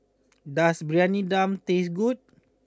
does Briyani Dum taste good